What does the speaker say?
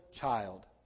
child